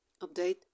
update